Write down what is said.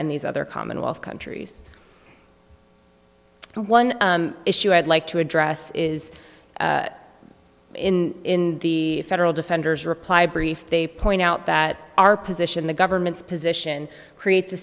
and these other commonwealth countries one issue i'd like to address is in the federal defender's reply brief they point out that our position the government's position creates a